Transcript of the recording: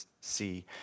see